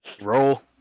Roll